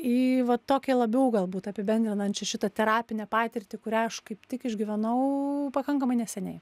į va tokią labiau galbūt apibendrinančią šitą terapinę patirtį kurią aš kaip tik išgyvenau pakankamai neseniai